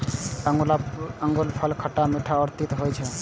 अंगूरफल खट्टा, मीठ आ तीत होइ छै